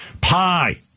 pie